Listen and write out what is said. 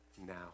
now